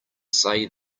say